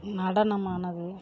நடனமானது